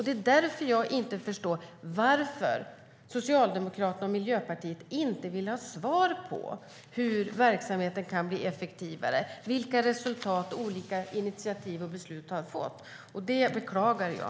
Det är därför som jag inte förstår varför Socialdemokraterna och Miljöpartiet inte vill ha svar på frågan hur verksamheten kan bli effektivare och vilka resultat av olika initiativ och beslut som man har fått. Det beklagar jag.